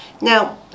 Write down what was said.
now